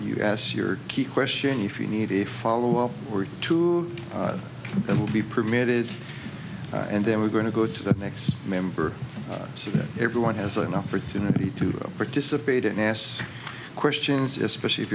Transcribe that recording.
you as your key question you for you need a follow up to and will be permitted and then we're going to go to the next member so that everyone has an opportunity to participate in ass questions especially if